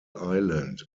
island